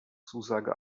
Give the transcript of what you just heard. zusage